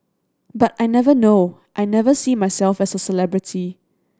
but I never know I never see myself as a celebrity